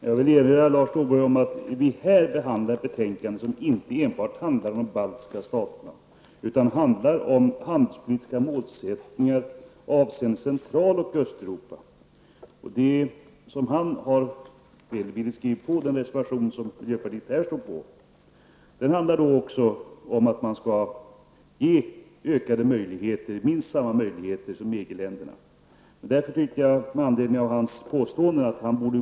Herr talman! Jag vill erinra Lars Norberg om att vi här behandlar ett betänkande som inte enbart handlar om de baltiska staterna, utan det handlar om handelspolitiska målsättningar avseende Lars Norberg har mer eller mindre beredvilligt undertecknat den reservation som miljöpartiet står bakom. Denna reservation handlar också om att man skall ge minst samma möjligheter som dessa länder har när det gäller tillgången till EGs marknad. Därför tycker jag att Lars Norberg, med anledning av sitt påstående, borde gå längre.